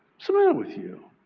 so matter with you?